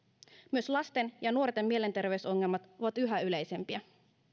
myös lasten ja nuorten mielenterveysongelmat ovat yhä yleisempiä